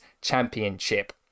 championship